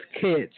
kids